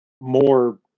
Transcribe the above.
more